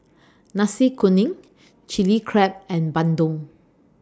Nasi Kuning Chili Crab and Bandung